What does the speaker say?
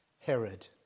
Herod